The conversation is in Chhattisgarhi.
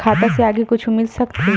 खाता से आगे कुछु मिल सकथे?